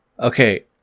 Okay